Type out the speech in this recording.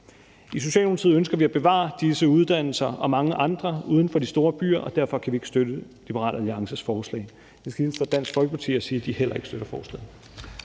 I Socialdemokratiet ønsker vi at bevare disse uddannelser og mange andre uden for de store byer, og derfor kan vi ikke støtte Liberal Alliances forslag. Jeg skal hilse fra Dansk Folkeparti og sige, at de heller ikke støtter forslaget.